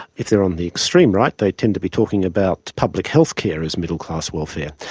if they're on the extreme right they tend to be talking about public healthcare as middle-class welfare.